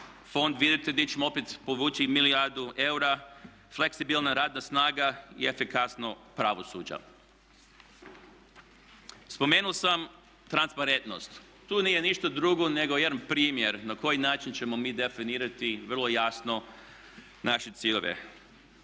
Fond vidjeti gdje ćemo opet povući milijardu eura, fleksibilna radna snaga i efikasnost pravosuđa. Spomenuo sam transparentnost, to nije ništa drugo nego jedan primjer na koji način ćemo mi definirati vrlo jasno naše ciljeve.